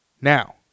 now